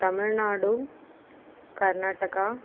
Tamil Nadu Karnataka